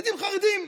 ילדים חרדים.